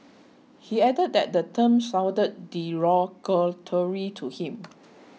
he added that the term sounded derogatory to him